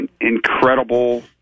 Incredible